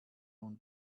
nun